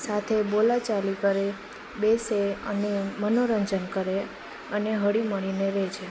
સાથે બોલાચાલી કરે બેસે અને મનોરંજન કરે અને હળીમળીને રહે છે